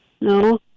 No